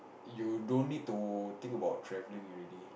you don't need to think about travelling already